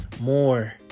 more